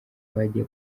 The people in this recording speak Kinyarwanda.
bagiye